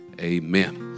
Amen